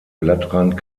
blattrand